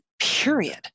Period